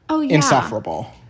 insufferable